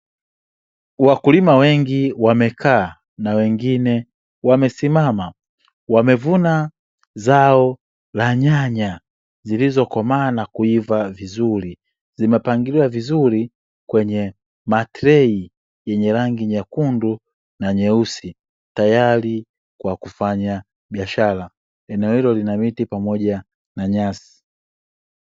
Wakulima wengi wamekaa, na wengine wamesimama, wamevuna zao la nyanya zilizokomaa na kuiva vizuri. Zimepangiliwa vizuri kwenye matrei yenye rangi nyekundu na nyeusi, tayari kwa kufanya biashara. Eneo hilo lina miti, pamoja na nyasi.